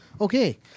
Okay